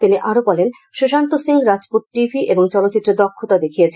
তিনি আরো বলেন সুশান্ত সিং রাজপুত টিভি এবং চলচ্চিত্রে দক্ষতা দেখিয়েছেন